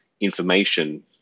information